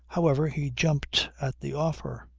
however, he jumped at the offer.